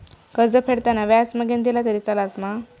कर्ज फेडताना व्याज मगेन दिला तरी चलात मा?